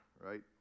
right